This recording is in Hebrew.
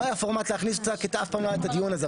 לא היה פורמט להכניס אותה כי אף פעם לא היה את הדיון הזה,